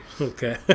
Okay